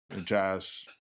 jazz